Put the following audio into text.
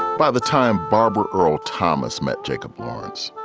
by the time barbara earl thomas met jacob lawrence,